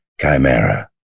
Chimera